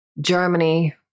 Germany